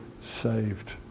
saved